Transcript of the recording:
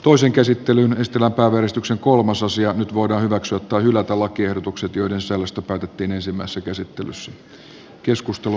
toisen käsittelyn estellä päivystyksen kolmas nyt voidaan hyväksyä tai hylätä lakiehdotukset joiden sisällöstä päätettiin ensimmäisessä käsittelyssä